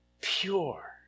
pure